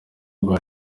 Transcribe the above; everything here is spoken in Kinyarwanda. rwa